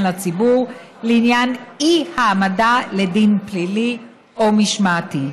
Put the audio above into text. לציבור לעניין אי-העמדה לדין פלילי או משמעתי.